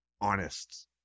honest